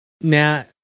Now